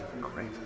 Great